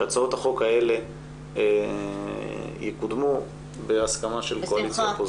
שהצעות החוק האלה יקודמו בהסכמה של קואליציה-אופוזיציה.